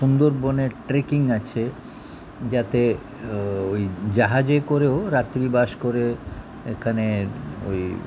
সুন্দরবনের ট্রেকিং আছে যাতে ওই জাহাজে করেও রাত্রিবাস করে এখানে ওই